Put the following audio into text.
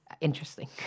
interesting